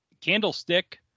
candlestick